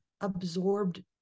absorbed